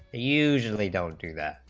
usually don't do that,